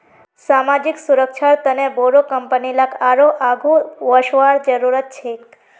सामाजिक सुरक्षार तने बोरो कंपनी लाक आरोह आघु वसवार जरूरत छेक